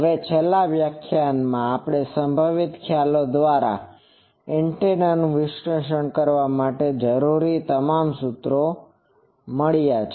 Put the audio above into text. હવે છેલ્લા વ્યાખ્યાનમાં આપણને સંભવિત ખ્યાલો દ્વારા એન્ટેના નું વિશ્લેષણ કરવા માટે જરૂરી તમામ સૂત્રો મળ્યા છે